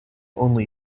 only